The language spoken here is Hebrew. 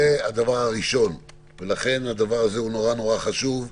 זה הדבר הראשון, וזה נורא נורא חשוב.